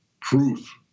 proof